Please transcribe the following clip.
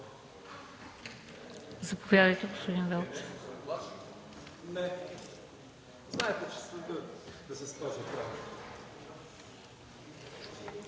Заповядайте, господин Велчев.